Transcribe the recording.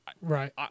Right